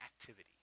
activity